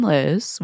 Liz